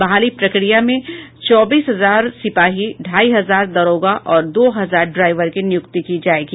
बहाली प्रक्रिया में चौबीस हजार सिपाही ढाई हजार दारोगा और दो हजार ड्राइवर की नियुक्ति की जायेगी